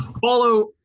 follow